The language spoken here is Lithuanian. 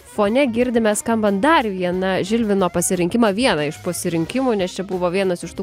fone girdime skambant dar vieną žilvino pasirinkimą vieną iš pasirinkimų nes čia buvo vienas iš tų